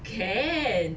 can